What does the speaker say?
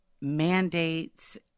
mandates